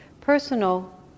personal